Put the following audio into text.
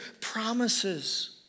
promises